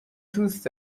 دوست